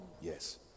Yes